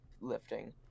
lifting